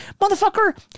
motherfucker